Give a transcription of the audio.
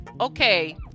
okay